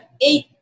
eight